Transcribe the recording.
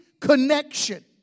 connection